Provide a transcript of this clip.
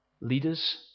leaders